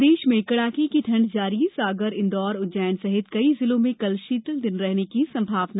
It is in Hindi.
प्रदेश में कड़ाके की ठण्ड जारी सागर इंदौर उज्जैन सहित कई जिलों में कल शीतल दिन रहने की संभावना